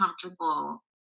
comfortable